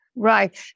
Right